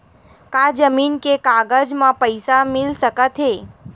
का जमीन के कागज म पईसा मिल सकत हे?